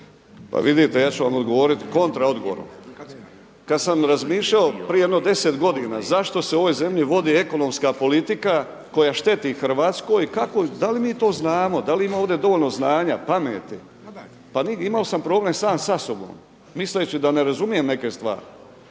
Pa vidite ja ću vam odgovoriti kontra odgovorom. Kada sam razmišljao prije jedno deset godina zašto se u ovoj zemlji vodi ekonomska politika koja šteti Hrvatskoj, da li mi to znamo, da li ima ovdje dovoljno znanja, pameti, pa imao sam problem sam sa sobom misleći da ne razumijem neke stvari.